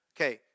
Okay